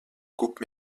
coupe